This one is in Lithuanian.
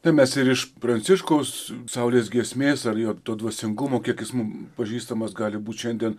tai mes ir iš pranciškaus saulės giesmės ar jo to dvasingumo kiek jis mum pažįstamas gali būt šiandien